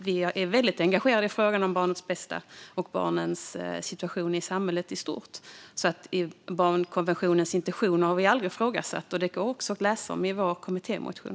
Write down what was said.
Vi är väldigt engagerade i frågan om barnets bästa och barnens situation i samhället i stort, så barnkonventionens intentioner har vi aldrig ifrågasatt. Det går också att läsa om i vår kommittémotion.